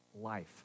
life